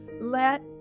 let